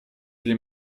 для